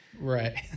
Right